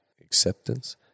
acceptance